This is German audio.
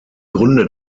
gründe